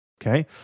okay